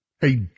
Hey